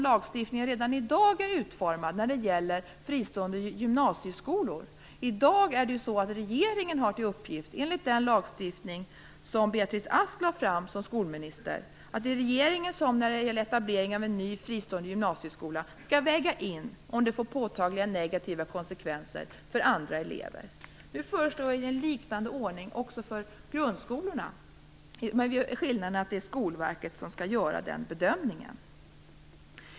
Lagstiftningen är redan i dag utformad på det sättet när det gäller fristående gymnasieskolor. I dag är det ju så att regeringen har till uppgift, enligt den lagstiftning som Beatrice Ask lade fram som skolminister, att väga in om det får påtagliga negativa konsekvenser för andra elever när en ny fristående gymnasieskola skall etableras. Nu föreslår vi en liknande ordning också för grundskolorna med den skillnaden att det är Skolverket som skall göra den bedömningen.